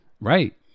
Right